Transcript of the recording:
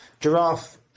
giraffe